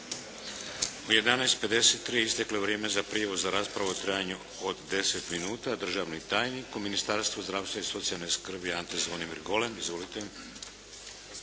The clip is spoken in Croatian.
U 11,53 isteklo je vrijeme za prijavu za raspravu u trajanju od 10 minuta. Državni tajnik u Ministarstvu zdravstva i socijalne skrbi Ante Zvonimir Golem. Izvolite.